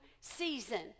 season